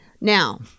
Now